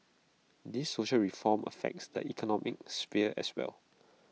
these social reforms affects the economic sphere as well